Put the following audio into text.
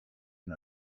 ihn